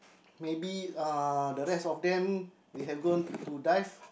maybe uh the rest of them they have gone to dive